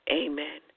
amen